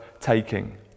taking